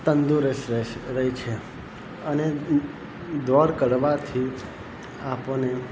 તંદુરસ્ત રહે છે અને દોડ કરવાથી આપણને